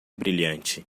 brilhante